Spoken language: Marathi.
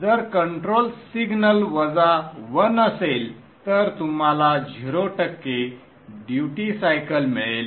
जर कंट्रोल सिग्नल वजा 1 असेल तर तुम्हाला 0 टक्के ड्युटी सायकल मिळेल